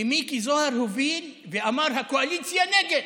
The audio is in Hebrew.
ומיקי זוהר הוביל ואמר: הקואליציה נגד.